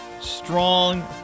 strong